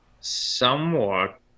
Somewhat